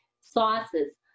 Sauces